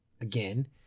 again